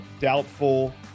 doubtful